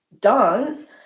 dance